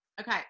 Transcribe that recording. Okay